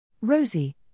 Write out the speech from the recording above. Rosie